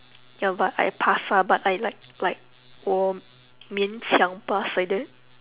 ya but I passed lah but I like like 我勉强 pass like that